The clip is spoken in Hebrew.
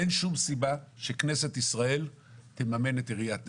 אין שום סיבה שכנסת ישראל תממן את עיריית נתניה.